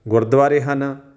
ਗੁਰਦੁਆਰੇ ਹਨ